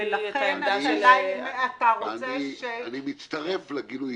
ולכן השאלה אם אתה רוצה ש- -- אני הבעתי